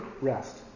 rest